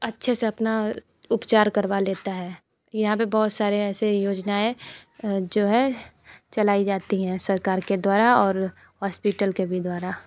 अच्छे से अपना उपचार करवा लेता है यहाँ पर बहुत सारे ऐसे योजनाएँ जो है चलाई जाती हैं सरकार के द्वारा और हॉस्पिटल के भी द्वारा